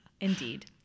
Indeed